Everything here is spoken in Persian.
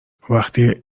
وقتی